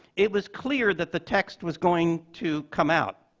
it was clear that the text was going to come out.